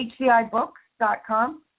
hcibooks.com